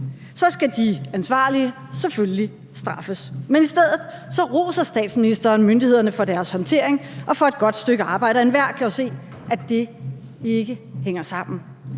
Så skal de ansvarlige selvfølgelig straffes, men i stedet roser statsministeren myndighederne for deres håndtering og for et godt stykke arbejde, og enhver kan jo se, at det ikke hænger sammen.